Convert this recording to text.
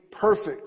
perfect